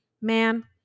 man